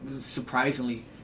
surprisingly